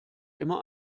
immer